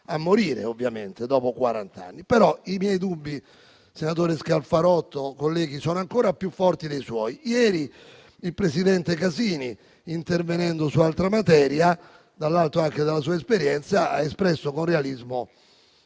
a morire, dopo quarant'anni. Tuttavia i miei dubbi, senatore Scalfarotto, colleghi, sono ancora più forti dei suoi e ieri il presidente Casini, intervenendo su altra materia, dall'alto anche dalla sua esperienza, ha espresso con realismo